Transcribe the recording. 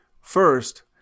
First